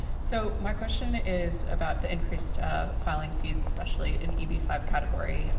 so my question is about the increased filing fees especially in eb five categories.